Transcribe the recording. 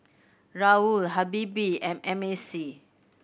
Raoul Habibie and M A C